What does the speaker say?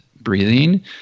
breathing